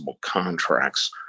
contracts